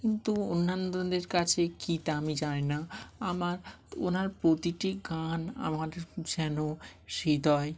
কিন্তু অন্যান্যদের কাছে কী তা আমি জানি না আমার ওনার প্রতিটি গান আমার যেন হৃদয়